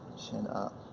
chin up.